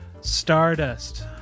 Stardust